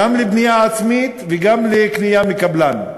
גם לבנייה עצמית וגם לקנייה מקבלן,